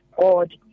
God